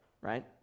right